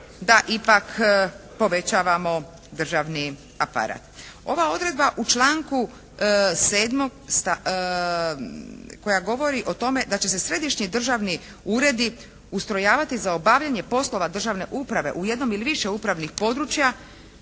da ipak povećavamo državni aparat. Ova odredba u članku 7. koja govori o tome da će se središnji državni uredi ustrojavati za obavljanje poslova državne uprave u jednom ili više upravnih područja